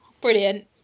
Brilliant